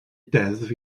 deddf